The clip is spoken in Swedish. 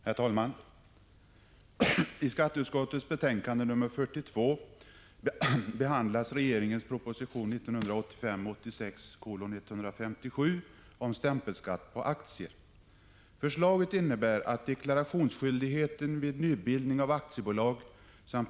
Herr talman! I skatteutskottets betänkande 42 behandlas regeringens proposition 1985/86:157 om stämpelskatten på aktier.